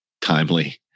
timely